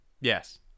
Yes